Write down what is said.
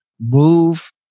move